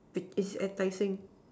but it's at tai-seng